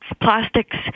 Plastics